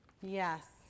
Yes